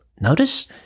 notice